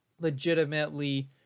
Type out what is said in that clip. legitimately